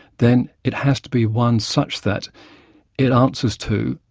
then it has to be one such that it answers to,